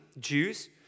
Jews